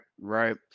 right